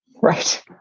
Right